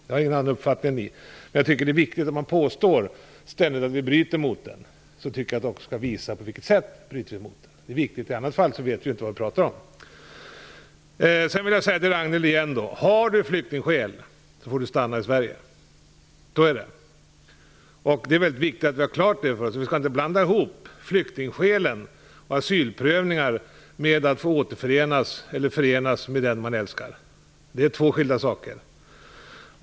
Jag har ingen annan uppfattning än ni. Men när man ständigt påstår att vi bryter mot barnkonventionen, tycker jag att det är viktigt att man också visar på vilket sätt vi bryter mot den. I annat fall vet vi inte vad vi pratar om. Till Ragnhild Pohanka vill jag igen säga att den som har flyktingskäl får stanna i Sverige. Så är det. Det är mycket viktigt att vi har det klart för oss. Vi skall inte blanda ihop flyktingskäl och asylprövning med att få återförenas eller förenas med den man älskar. Det är två skilda saker.